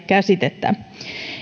käsitettä